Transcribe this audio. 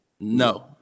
No